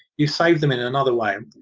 you save them in another way. and